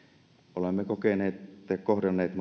olemme kohdanneet